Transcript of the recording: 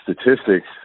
statistics